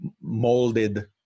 molded